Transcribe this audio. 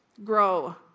grow